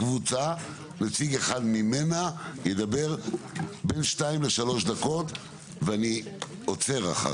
קבוצה נציג אחד ממנה ידבר בין שתיים לשלוש דקות ואני עוצר אחר כך,